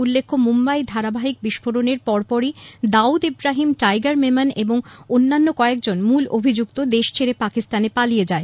উল্লেখ্য মুম্বাই ধারাবাহিক বিস্ফোরণের পরপরই দাউদ ইব্রাহিম টাইগার মেমন এবং অন্যান্য কয়েকজন মূল অভিযুক্ত দেশ ছেড়ে পাকিস্তানে পালিয়ে যায়